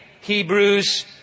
Hebrews